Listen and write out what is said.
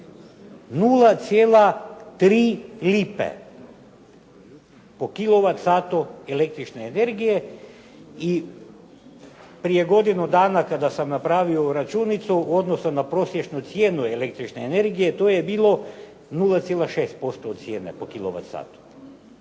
0,3 lipe, po kilovat satu električne energije i prije godinu dana kada sam napravio računicu u odnosu na prosječnu cijenu električne energije to je bilo 0,6% od cijene po